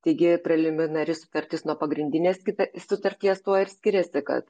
taigi preliminari sutartis nuo pagrindinės kita sutarties tuo ir skiriasi kad